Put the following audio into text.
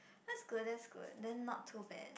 that's good that's good then not too bad